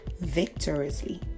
victoriously